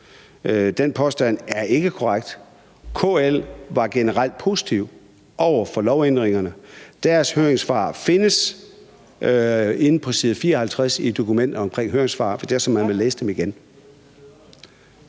den påstand er ikke korrekt; KL var generelt positive over for lovændringerne. Deres høringssvar findes på side 54 i dokumentet med høringssvar, hvis det er sådan, at man vil læse dem igen.